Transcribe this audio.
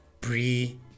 brie